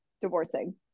divorcing